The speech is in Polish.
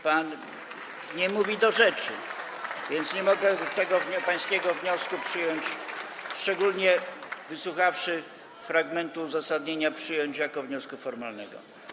Pan nie mówi do rzeczy, więc nie mogę tego pańskiego wniosku przyjąć, szczególnie wysłuchawszy fragmentu uzasadnienia, za wniosek formalny.